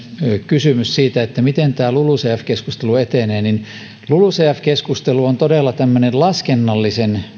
kysymys siitä miten lulucf keskustelu etenee lulucf keskustelu on todella tämmöistä laskennallisen